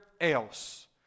else